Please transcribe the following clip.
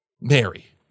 Mary